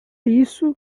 isso